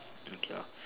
okay lor